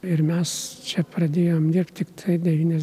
ir mes čia pradėjom dirbti tiktai devynias